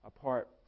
apart